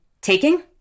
taking